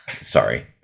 Sorry